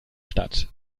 stadt